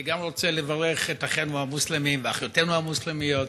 אני גם רוצה לברך את אחינו המוסלמים ואחיותינו המוסלמיות